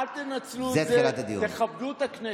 אל תנצלו את זה, תכבדו את הכנסת.